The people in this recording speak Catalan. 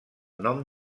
nom